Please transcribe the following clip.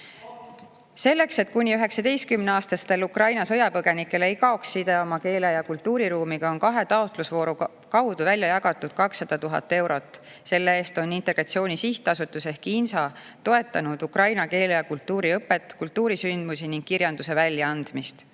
hinda. Selleks, et kuni 19‑aastastel Ukraina sõjapõgenikel ei kaoks side oma keele ja kultuuriruumiga, on kahe taotlusvooru kaudu välja jagatud 200 000 eurot. Selle eest on Integratsiooni Sihtasutus ehk INSA toetanud ukraina keele ja kultuuri õpet, kultuurisündmusi ning kirjanduse väljaandmist.